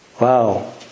Wow